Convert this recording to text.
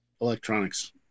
electronics